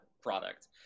product